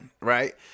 right